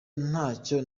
ntacyo